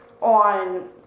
on